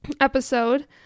episode